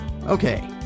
Okay